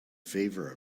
favor